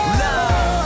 love